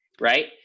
right